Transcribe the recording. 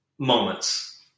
Moments